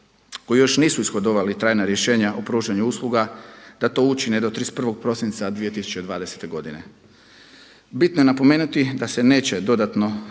koji još nisu ishodovali trajna rješenja o pružanju usluga da to učine do 31. prosinca 2020. godine. Bitno je napomenuti da se neće dodatno